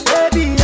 Baby